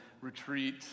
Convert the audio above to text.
retreat